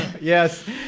Yes